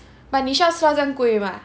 but 你需要算到这样贵 mah